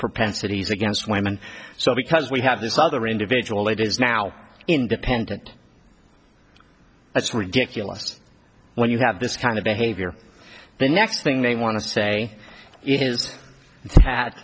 propensities against women so because we have this other individual that is now independent it's ridiculous when you have this kind of behavior the next thing they want to say i